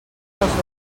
els